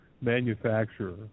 manufacturer